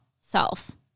self